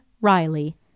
Riley